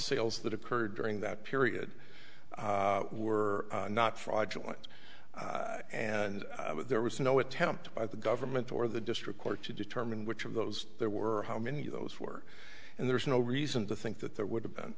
sales that occurred during that period were not fraudulent and there was no attempt by the government or the district court to determine which of those there were how many of those were and there's no reason to think that there would have been